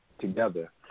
together